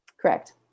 Correct